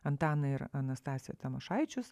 antaną ir anastasiją tamošaičius